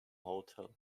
hotel